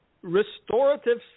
restorative